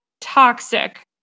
toxic